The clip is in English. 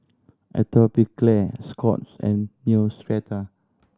Atopiclair Scott's and Neostrata